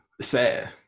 sad